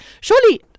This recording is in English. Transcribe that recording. Surely